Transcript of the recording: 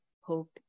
hope